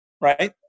right